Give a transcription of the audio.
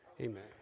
Amen